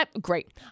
Great